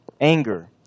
anger